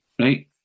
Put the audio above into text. Right